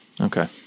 okay